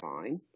fine